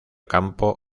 campo